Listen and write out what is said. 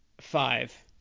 Five